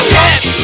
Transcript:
hit